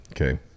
Okay